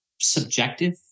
subjective